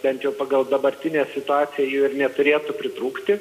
bent jau pagal dabartinę situaciją jų neturėtų pritrūkti